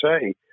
say